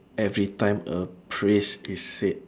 every time a phrase is said